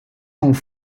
dans